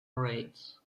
raids